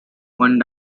one